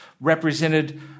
represented